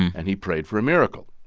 and he prayed for a miracle,